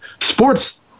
Sports